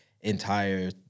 entire